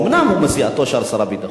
הוא אומנם מסיעתו של שר הביטחון.